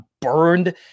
burned